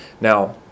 Now